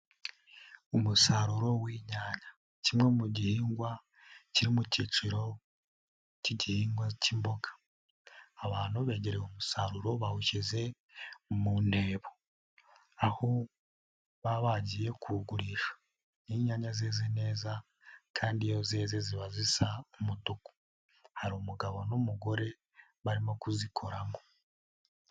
Umusaruro w'inyanya, kimwe mu gihingwa kiri mu cyiciro cy'igihingwa cy'imboga. Abantu begereye umusaruro bawushyize mu ntebo. Aho baba bagiye kuwugurisha. Ni inyanya zeze neza kandi iyo zeze ziba zisa umutuku. Hari umugabo n'umugore barimo kuzikoramo.